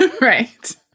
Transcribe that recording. Right